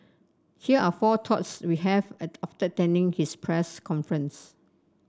here are four thoughts we have after attending his press conference